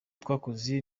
twakoze